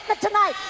tonight